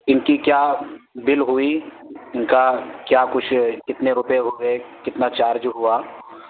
ان کی کیا بل ہوئی ان کا کیا کچھ کتنے روپے ہوئے کتنا چارج ہوا